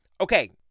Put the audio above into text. Okay